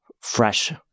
fresh